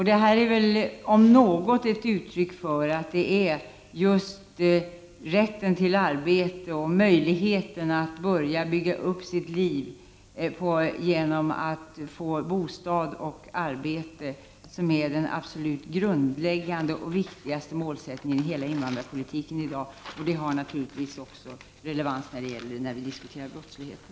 Detta är väl om något ett uttryck för att det är just invandrarnas rätt till arbete och möjlighet att börja bygga upp sina liv genom att få bostad och arbete som är den absolut grundläggande och viktigaste målsättningen i hela invandrarpolitiken i dag. Och det har naturligtvis relevans även när vi diskuterar brottsligheten.